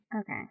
Okay